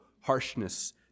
harshness